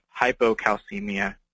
hypocalcemia